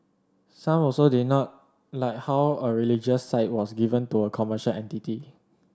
some also did not like how a religious site was given to a commercial entity